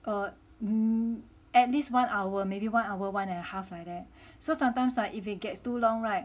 err at least one hour maybe one hour one and a half like that so sometimes like if it gets too long [right]